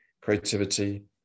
creativity